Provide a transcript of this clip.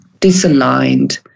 disaligned